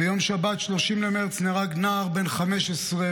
ביום שבת 30 במרץ נהרג נער בן 15,